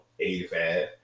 85